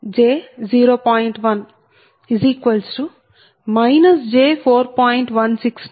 169 p